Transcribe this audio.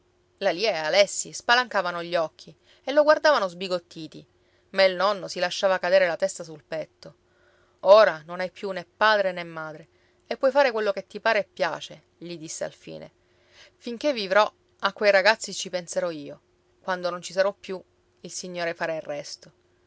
la lia e alessi spalancavano gli occhi e lo guardavano sbigottiti ma il nonno si lasciava cadere la testa sul petto ora non hai più né padre né madre e puoi fare quello che ti pare e piace gli disse alfine finché vivrò a quei ragazzi ci penserò io quando non ci sarò più il signore farà il resto